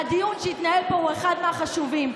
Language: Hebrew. והדיון שהתנהל פה הוא אחד מהחשובים,